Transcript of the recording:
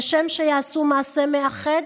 כשיעשו מעשה מאחד,